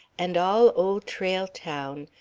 and all old trail town,